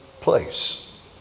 place